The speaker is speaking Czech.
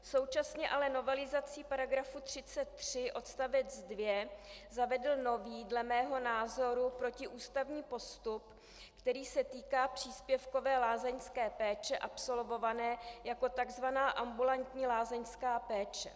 Současně ale novelizací paragrafu 33 odstavec 2 zavedl nový dle mého názoru protiústavní postup, který se týká příspěvkové lázeňské péče absolvované jako tzv. ambulantní lázeňská péče.